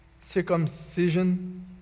circumcision